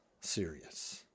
serious